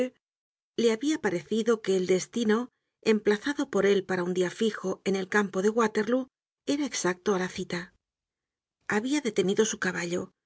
le habia parecido que el destino emplazado por él para un dia fijo en el campo de waterlóo era exacto á la cita habia detenido su caballo y